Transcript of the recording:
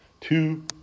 Two